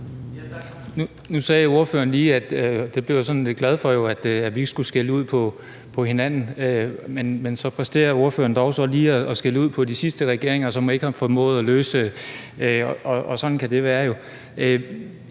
Nu sagde ordføreren lige – og det blev jeg jo sådan lidt glad for – at vi ikke skulle skælde ud på hinanden, men så præsterer ordføreren dog så lige at skælde ud på de sidste regeringer, som ikke har formået at løse det, og sådan kan det jo